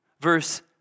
Verse